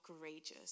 courageous